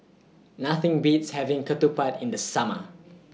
Nothing Beats having Ketupat in The Summer